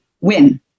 win